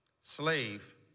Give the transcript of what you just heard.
slave